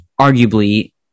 Arguably